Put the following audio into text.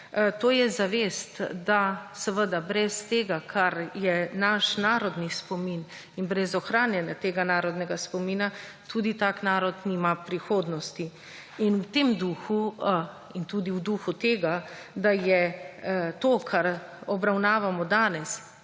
To je zavest, da seveda brez tega, kar je naš narodni spomin in brez ohranjanja tega narodnega spomina, tudi tak narod nima prihodnosti in v tem duhu in tudi v duhu tega, da je to, kar obravnavamo danes,